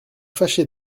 fâché